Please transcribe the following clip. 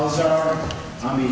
those are on the